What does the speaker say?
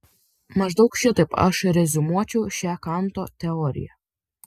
maždaug šitaip aš reziumuočiau šią kanto teoriją